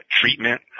treatment